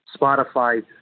Spotify